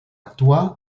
actuar